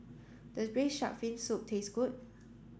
does braised shark fin soup taste good